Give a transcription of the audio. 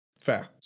Fair